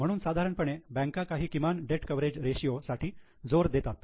म्हणून साधारणपणे बँका काही किमान डेट कव्हरेज रेषीयो साठी जोर देतात